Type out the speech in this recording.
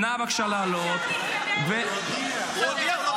נא לעלות בבקשה.